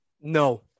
No